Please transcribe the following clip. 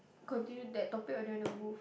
continue that topic or do you want to move